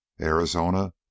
Arizona